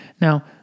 Now